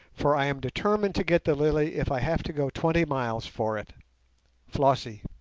for i am determined to get the lily if i have to go twenty miles for it flossie